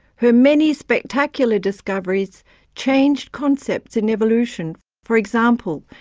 her many spectacular discoveries changed concepts in evolution for example,